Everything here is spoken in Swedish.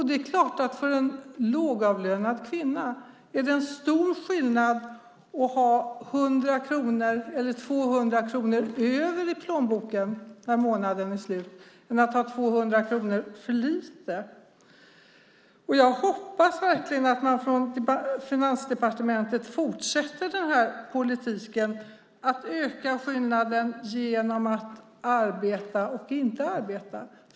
Det är klart att det för en lågavlönad kvinna är stor skillnad mellan att ha 100 eller 200 kronor över i plånboken när månaden är slut och att ha 200 kronor för lite. Jag hoppas verkligen att man från Finansdepartement fortsätter denna politik att öka skillnaden mellan att arbeta och att inte arbeta.